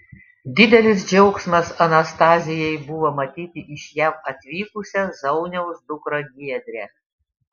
didelis džiaugsmas anastazijai buvo matyti iš jav atvykusią zauniaus dukrą giedrę